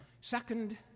Second